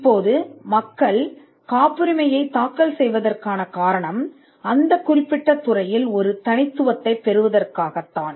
இப்போது மக்கள் காப்புரிமையை தாக்கல் செய்வதற்கான காரணம் இந்த துறையில் ஒரு தனித்துவத்தைப் பெறுவதுதான்